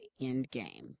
endgame